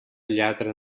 lladre